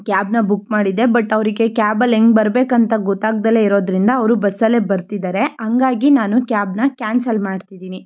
ಕ್ಯಾಬನ್ನು ಬುಕ್ ಮಾಡಿದ್ದೆ ಬಟ್ ಅವರಿಗೆ ಕ್ಯಾಬಲ್ಲಿ ಹೆಂಗ್ ಬರಬೇಕಂತ ಗೊತ್ತಾಗ್ದಲೇ ಇರೋದರಿಂದ ಅವರು ಬಸ್ಸಲ್ಲೇ ಬರ್ತಿದ್ದಾರೆ ಹಂಗಾಗಿ ನಾನು ಕ್ಯಾಬನ್ನು ಕ್ಯಾನ್ಸಲ್ ಮಾಡ್ತಿದ್ದೀನಿ